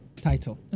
title